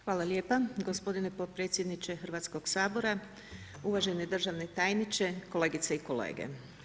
Hvala lijepa gospodine potpredsjedniče Hrvatskog sabora, uvaženi državni tajniče, kolegice i kolege.